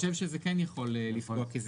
זה כן יכול לפגוע.